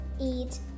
eat